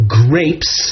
grapes